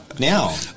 now